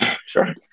Sure